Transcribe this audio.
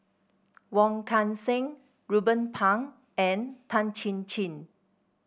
Wong Kan Seng Ruben Pang and Tan Chin Chin